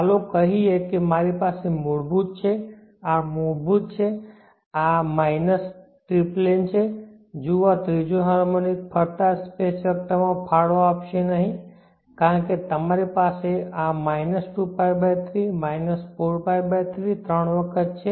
ચાલો કહીએ કે મારી પાસે મૂળભૂત છે આ મૂળભૂત છે માઇનસ આ ટ્રિપ્લેન છે જુઓ ત્રીજો હાર્મોનિક ફરતા સ્પેસ વેક્ટરમાં ફાળો આપશે નહીં કારણ કે તમારી પાસે આ 2π 3 4π 3 ત્રણ વખત છે